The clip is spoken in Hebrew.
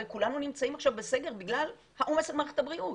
הרי כולנו נמצאים עכשיו בסגר בגלל העומס על מערכת הבריאות.